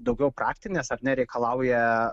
daugiau praktinės ar nereikalauja